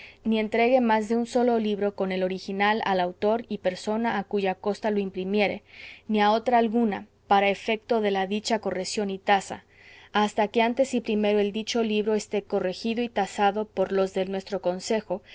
ni entregue más de un solo libro con el original al autor y persona a cuya costa lo imprimiere ni a otra alguna para efecto de la dicha correción y tasa hasta que antes y primero el dicho libro esté corregido y tasado por los del nuestro consejo